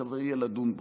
ושווה יהיה לדון בו.